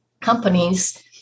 companies